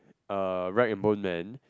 uh rag and bone man